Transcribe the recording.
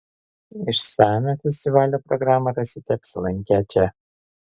išsamią festivalio programą rasite apsilankę čia